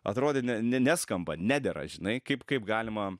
atrodė ne ne neskamba nedera žinai kaip kaip galima